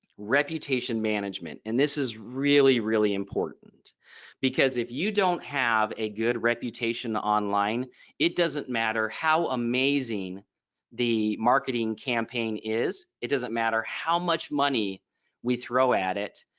reputation management. and this is really, really important because if you don't have a good reputation online it doesn't matter how amazing the marketing campaign is it doesn't matter how much money we throw at it.